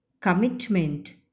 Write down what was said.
commitment